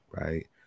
right